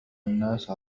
الناس